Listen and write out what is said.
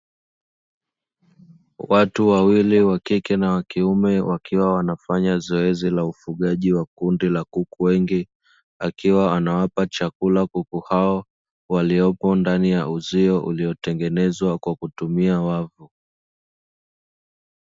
Watu wawili wakike na wakiume wakiwa wanafanya zoezi la ufugaji wa kundi la kuku wengi, akiwa anawapa chakula kuku hao waliopo ndani ya uzio uliotengenezwa kwa kutumia wavu.